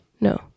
No